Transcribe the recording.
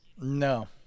No